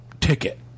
ticket